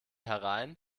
herein